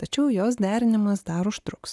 tačiau jos derinimas dar užtruks